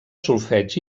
solfeig